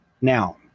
Now